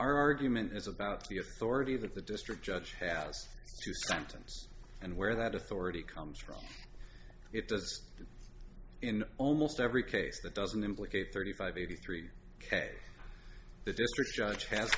our argument is about the authority that the district judge pass sentence and where that authority comes from it does in almost every case that doesn't implicate thirty five eighty three ok the district judge has